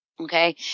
Okay